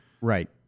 Right